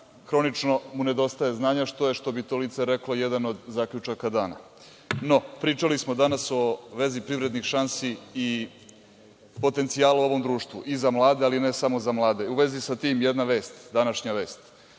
hronično mu nedostaje znanja, što je, što bi to lice reklo, jedan od zaključaka dana. Pričali smo danas o vezi privrednih šansi i potencijala u ovom društvu i za mlade, ali ne samo za mlade. U vezi sa tim, jedna vest, današnja vest.